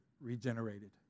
regenerated